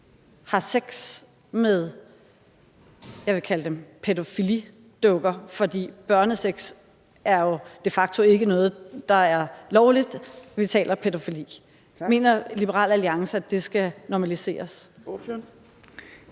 har sex med det, jeg vil kalde pædofilidukker, for børnesex er jo de facto ikke noget, der er lovligt – vi taler om pædofili. Mener Liberal Alliance, at det skal normaliseres? Kl.